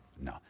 No